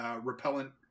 repellent